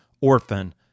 orphan